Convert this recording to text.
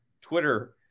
Twitter